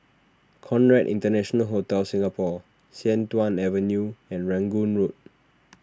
Conrad International Hotel Singapore Sian Tuan Avenue and Rangoon Road